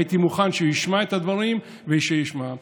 הייתי מוכן שהוא ישמע את הדברים, שישמע.